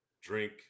drink